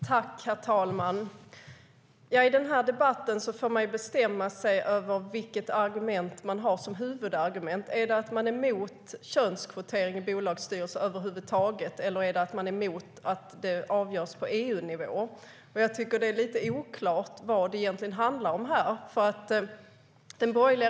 Herr talman! I den här debatten får man ju bestämma sig för vilket argument man har som huvudargument - är det att man är emot könskvotering i bolagsstyrelser över huvud taget, eller är man emot att det avgörs på EU-nivå? Jag tycker att det är lite oklart vad det egentligen handlar om här.